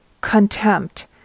contempt